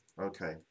Okay